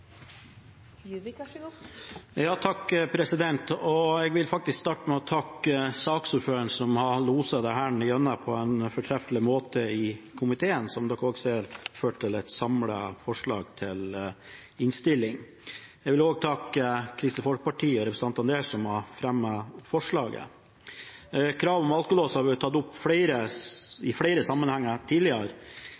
Jeg vil starte med å takke saksordføreren, som har loset dette igjennom på en fortreffelig måte i komiteen. Som dere også ser, førte det til et samlet forslag til innstilling. Jeg vil også takke Kristelig Folkeparti og representantene der som har fremmet forslaget. Kravet om alkolås har vært tatt opp i flere sammenhenger tidligere.